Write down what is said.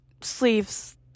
sleeves